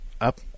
up